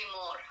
more